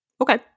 Okay